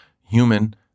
human